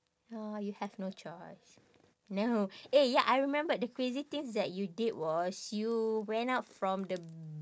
no you have no choice no eh ya I remembered the crazy things that you did was you went out from the